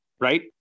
right